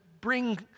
bring